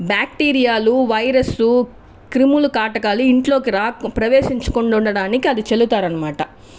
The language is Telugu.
బాక్టీరియాలు వైరెస్సు క్రిములు కాటకాలులు ఇంట్లోకి రాకుండా ప్రవేశించకుండా ఉండటానికి ఆది చల్లుతారు అన్నమాట